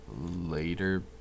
later